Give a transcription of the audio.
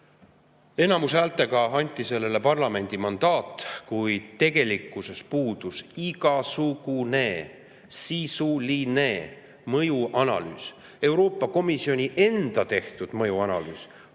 Enamushäältega anti sellele parlamendi mandaat, kuid tegelikkuses puudus igasugune sisuline mõjuanalüüs. Euroopa Komisjoni enda tehtud mõjuanalüüs